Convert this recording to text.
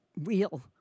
real